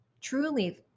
truly